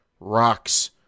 rocks